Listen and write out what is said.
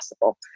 possible